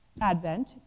Advent